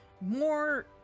more